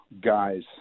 guys